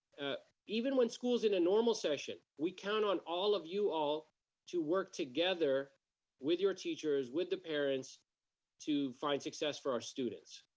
even when school is in a normal session, we count on all of you all to work together with your teachers, with the parents to find success for our students.